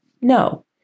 No